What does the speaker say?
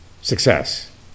success